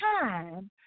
time